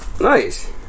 Nice